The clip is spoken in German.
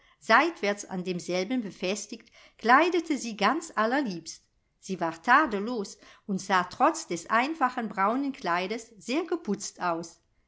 seitwärts an demselben befestigt kleidete sie ganz allerliebst sie war tadellos und sah trotz des einfachen braunen kleides sehr geputzt aus